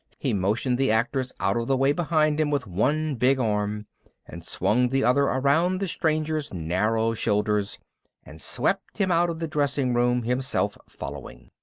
he motioned the actors out of the way behind him with one big arm and swung the other around the stranger's narrow shoulders and swept him out of the dressing room, himself following.